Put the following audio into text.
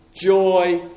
joy